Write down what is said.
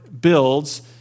builds